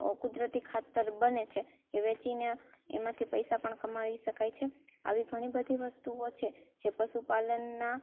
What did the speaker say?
કુદરતી ખાતર બને છે એ વેચીને એમાંથી પૈસા પણ કમાવી શકાય છે આવી ઘણી બધી વસ્તુઓ છે જે પશુપાલનના